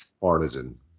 partisan